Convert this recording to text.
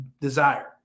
desire